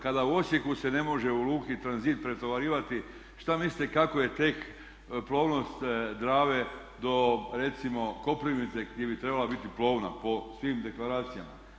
Kada u Osijeku se ne može u Luki Tranzit pretovarivati što mislite kako je tek plovnost Drave do recimo Koprivnice gdje bi trebala biti plovna po svim deklaracijama?